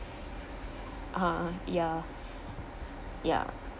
!huh! ya ya